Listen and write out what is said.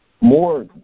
more